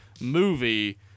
movie